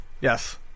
Yes